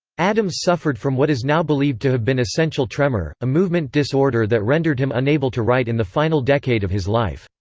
adams suffered from what is now believed to have been essential tremor, a movement disorder that rendered him unable to write in the final decade of his life.